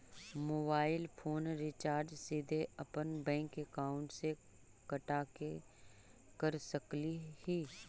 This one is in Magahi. मोबाईल फोन रिचार्ज सीधे अपन बैंक अकाउंट से कटा के कर सकली ही?